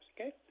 okay